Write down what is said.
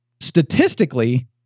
Statistically